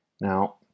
Now